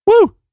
Woo